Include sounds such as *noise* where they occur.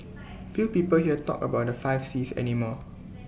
*noise* few people here talk about the five Cs any more *noise*